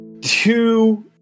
two